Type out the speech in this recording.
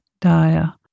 daya